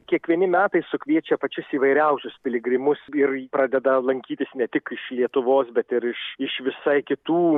kiekvieni metai sukviečia pačius įvairiausius piligrimus ir pradeda lankytis ne tik iš lietuvos bet ir iš iš visai kitų